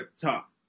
top